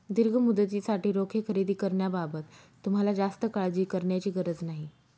दीर्घ मुदतीसाठी रोखे खरेदी करण्याबाबत तुम्हाला जास्त काळजी करण्याची गरज नाही